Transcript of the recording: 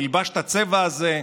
נלבש את הצבע הזה,